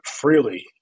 freely